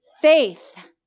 faith